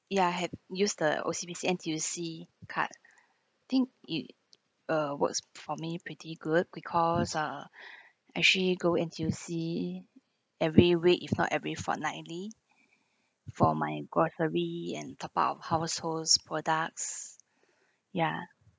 ya had use the O_C_B_C N_T_U_C card think it uh works for me pretty good because uh actually go N_T_U_C every week if not every fortnightly for my grocery and top up households products ya